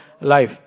life